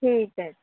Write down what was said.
ਠੀਕ ਹੈ